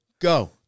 go